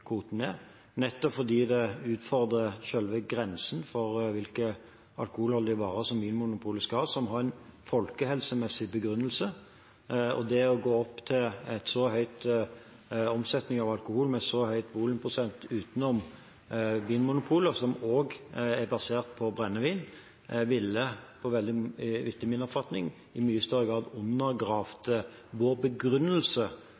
nettopp fordi det utfordrer selve grensen for hvilke alkoholholdige varer Vinmonopolet skal ha, og som har en folkehelsemessig begrunnelse. Det å omsette alkohol med så høy volumprosent – og som også er basert på brennevin – utenom Vinmonopolet, ville etter min oppfatning i mye større grad